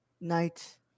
night